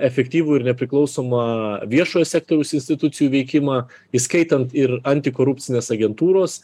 efektyvų ir nepriklausomą viešojo sektoriaus institucijų veikimą įskaitant ir antikorupcinės agentūros